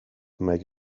make